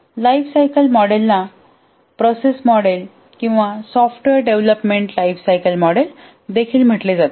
life cycle मॉडेलला process model किंवा software development lifecycle model देखील म्हटले जाते